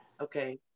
okay